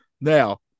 Now